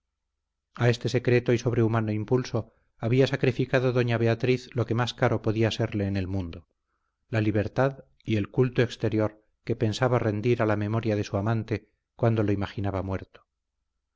a este secreto y sobrehumano impulso había sacrificado doña beatriz lo que más caro podía serle en el mundo la libertad y el culto exterior que pensaba rendir a la memoria de su amante cuando lo imaginaba muerto